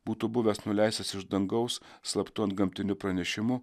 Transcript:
būtų buvęs nuleistas iš dangaus slaptu antgamtiniu pranešimu